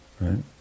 right